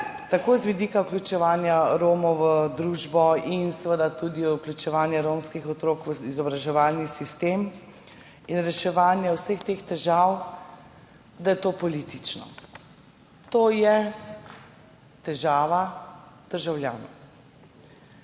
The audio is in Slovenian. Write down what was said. tako z vidika vključevanja Romov v družbo in seveda tudi vključevanje romskih otrok v izobraževalni sistem in reševanje vseh teh težav, da je to politično. To je težava državljanov.